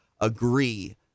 agree